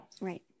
Right